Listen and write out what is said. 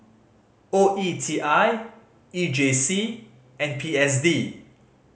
O E T I E J C and P S D